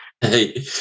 hey